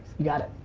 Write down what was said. you got it.